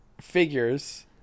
figures